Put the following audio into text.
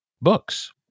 books